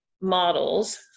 models